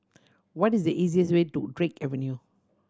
what is the easiest way to Drake Avenue